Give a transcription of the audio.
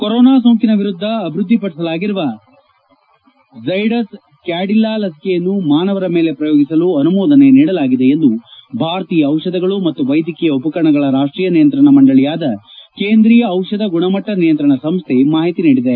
corona ಸೋಂಕಿನ ವಿರುದ್ದ ಅಭಿವೃದ್ದಿಪಡಿಸಲಾಗಿರುವ ಝ್ವಡಸ್ ಕ್ಯಾಡಿಲ್ಲಾ ಲಸಿಕೆಯನ್ನು ಮಾನವರ ಮೇಲೆ ಪ್ರಯೋಗಿಸಲು ಆನುಮೋದನೆ ನೀಡಲಾಗಿದೆ ಎಂದು ಭಾರತೀಯ ಔಷಧಗಳು ಮತ್ತು ವೈದ್ಯಕೀಯ ಉಪಕರಣಗಳ ರಾಷ್ಷೀಯ ನಿಯಂತ್ರಣ ಮಂಡಳಯಾದ ಕೇಂದ್ರೀಯ ಔಷಧ ಗುಣಮಟ್ನ ನಿಯಂತಣ ಸಂಸ್ನೆ ಮಾಹಿತಿ ನೀಡಿದೆ